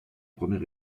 premier